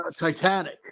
Titanic